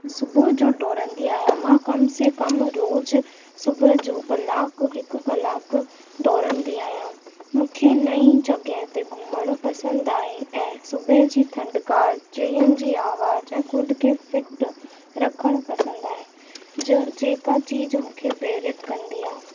सुबुह जो दौड़ंदी आहियां मां कम से कम रोज़ु सुबुह जो कलाकु हिकु कलाकु दौड़ंदी आहियां मूंखे नई जॻहि ते घुमणु पसंदि आहे ऐं सुबुह जी थधिकार चिड़ियुनि जी आवाजु ख़ुदि खे फीट रखणु पसंदि आहे ज जेका चीज मूंखे प्रेरित कंदी आहे